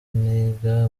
niga